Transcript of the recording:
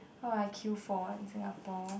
what will I queue for in Singapore